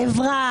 חברה,